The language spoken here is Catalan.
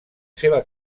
seva